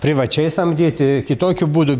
privačiai samdyti kitokiu būdu